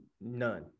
none